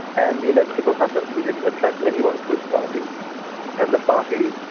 and the inevitable happened. he didn't attract anyone to his party and the party